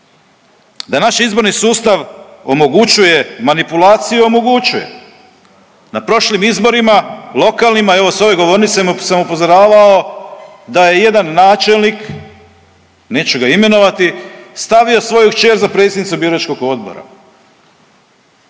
Da naš izborni sustav omogućuje manipulacije, omogućuje. Na prošlim izborima lokalnima, evo s ove govornice sam upozoravao da je jedan načelnik, neću ga imenovati, stavio svoju kćer za predsjedniku biračkog odbora.